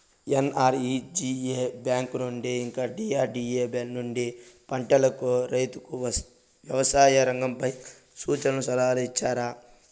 NREGA bank నుండి ఇంకా DRDA నుండి పంటలకు రైతుకు వ్యవసాయ రంగంపై సూచనలను సలహాలు ఇచ్చారా